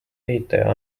ehitaja